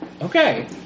Okay